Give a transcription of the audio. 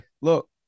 Look